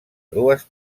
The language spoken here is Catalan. dues